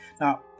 Now